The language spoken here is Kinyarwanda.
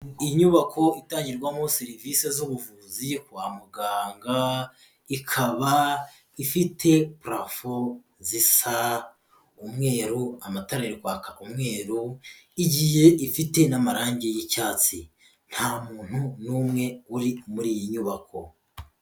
Inyubako itangirwamo serivisi z'ubuvuzi kwa muganga, ikaba ifite parafo zisa umweru, amatara ari kwaka umweru, igiye ifite n'amarangi y'icyatsi, nta muntu n'umwe uri muri iyi nyubako.